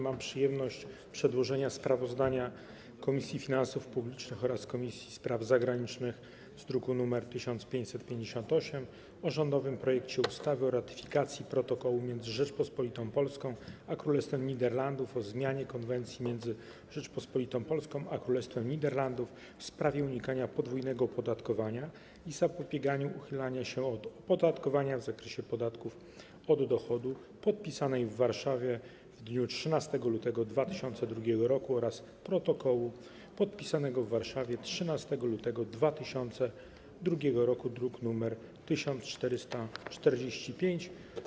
Mam przyjemność przedłożyć sprawozdanie Komisji Finansów Publicznych oraz Komisji Spraw Zagranicznych z druku nr 1558 o rządowym projekcie ustawy o ratyfikacji Protokołu między Rzecząpospolitą Polską a Królestwem Niderlandów o zmianie Konwencji między Rzecząpospolitą Polską a Królestwem Niderlandów w sprawie unikania podwójnego opodatkowania i zapobiegania uchylaniu się od opodatkowania w zakresie podatków od dochodu, podpisanej w Warszawie dnia 13 lutego 2002 roku, oraz Protokołu, podpisanego w Warszawie dnia 13 lutego 2002 roku, druk nr 1445.